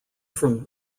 from